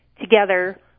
together